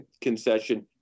concession